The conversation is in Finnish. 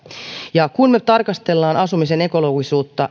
ja kun me tarkastelemme asumisen ekologisuutta